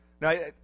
Now